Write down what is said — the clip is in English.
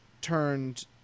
turned